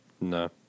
no